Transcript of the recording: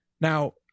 Now